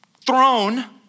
throne